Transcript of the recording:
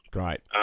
Great